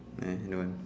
eh don't want